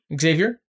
Xavier